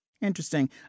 Interesting